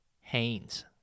Haynes